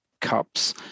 Cups